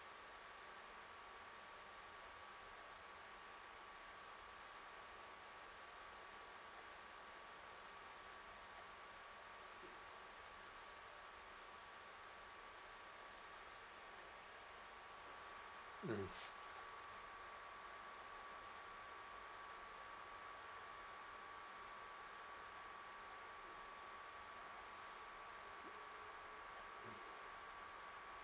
mm